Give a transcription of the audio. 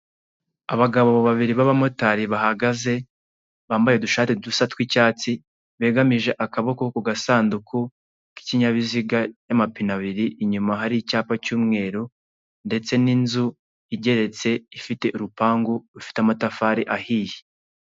Abagabo babiri b'abamotari bahagaze bambaye udushati dusa tw'icyatsi begamije akaboko ku gasanduku k'ikinyabiziga cy'amapine abiri inyuma hari icyapa cy'umweru ndetse n'inzu igeretse ifite urupangu rufite amatafari ahiye.